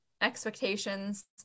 expectations